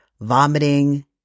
vomiting